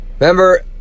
Remember